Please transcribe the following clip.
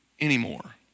anymore